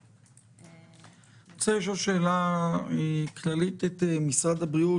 --- אני רוצה לשאול שאלה כללית את משרד הבריאות,